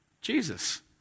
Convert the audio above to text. Jesus